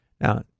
Now